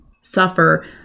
suffer